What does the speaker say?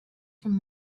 from